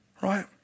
Right